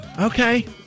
Okay